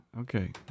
Okay